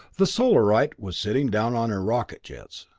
the solarite was sitting down on her rocket jets!